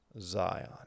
Zion